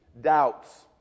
doubts